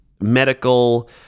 medical